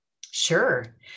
Sure